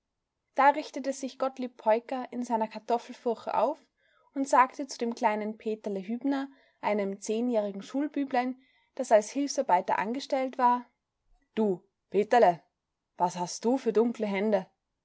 da richtete sich gottlieb peuker in seiner kartoffelfurche auf und sagte zu dem kleinen peterle hübner einem zehnjährigen schulbüblein das als hilfsarbeiter angestellt war du peterle was hast du für dunkle hände